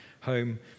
home